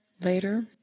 later